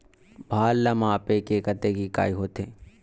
भार ला मापे के कतेक इकाई होथे?